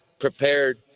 prepared